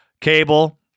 Cable